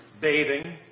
bathing